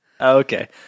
Okay